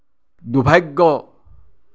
দুৰ্ভাগ্য